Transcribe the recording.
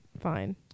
Fine